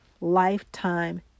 lifetime